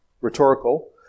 rhetorical